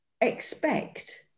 expect